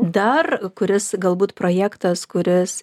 dar kuris galbūt projektas kuris